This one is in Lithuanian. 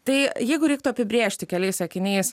tai jeigu reiktų apibrėžti keliais sakiniais